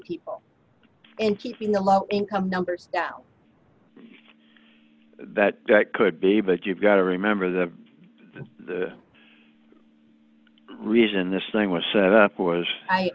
people and keeping the low income numbers that could be but you've got to remember that the reason this thing was set up was i